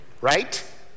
right